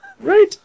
Right